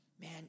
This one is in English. man